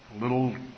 little